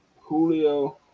Julio